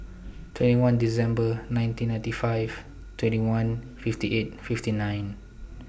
twenty one December nineteen ninety five twenty one fifty eight fifty nine